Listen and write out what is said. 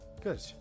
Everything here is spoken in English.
Good